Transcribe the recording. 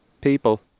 people